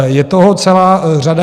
Je toho celá řada.